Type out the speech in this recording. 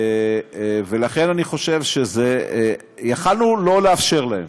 ולכן אני חושב, יכולנו שלא לאפשר להם